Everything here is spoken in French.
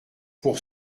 pour